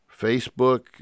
Facebook